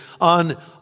on